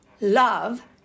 Love